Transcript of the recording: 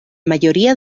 mayoría